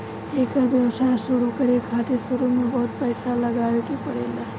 एकर व्यवसाय शुरु करे खातिर शुरू में बहुत पईसा लगावे के पड़ेला